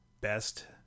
best